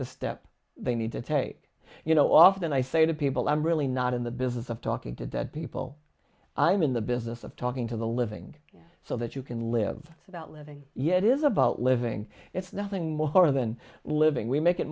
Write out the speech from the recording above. the step they need to take you know often i say to people i'm really not in the business of talking to dead people i'm in the business of talking to the living so that you can live without living yet is about living it's nothing more than living we make it